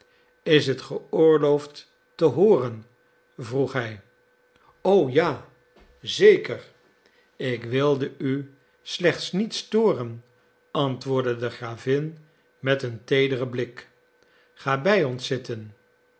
is t geoorloofd te hooren vroeg hij o ja zeker ik wilde u slechts niet storen antwoordde de gravin met een teederen blik ga bij ons zitten